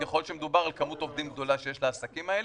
ככל שמדובר על כמות עובדים גדולה שיש לעסקים האלה.